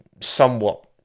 somewhat